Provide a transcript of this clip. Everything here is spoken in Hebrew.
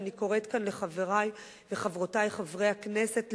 ואני קוראת כאן לחברי וחברותי חברי הכנסת,